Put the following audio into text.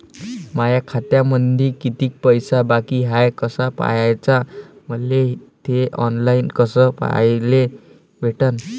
माया खात्यामंधी किती पैसा बाकी हाय कस पाह्याच, मले थे ऑनलाईन कस पाह्याले भेटन?